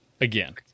Again